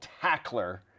tackler